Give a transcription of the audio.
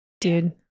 Dude